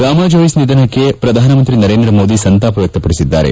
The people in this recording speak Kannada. ರಾಮಾ ಜೋಯಿಸ್ ನಿಧನಕ್ಕೆ ಪ್ರಧಾನಮಂತ್ರಿ ನರೇಂದ್ರ ಮೋದಿ ಸಂತಾಪ ವ್ಯಕ್ತಪಡಿಸಿದ್ದಾರೆ